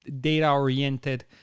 data-oriented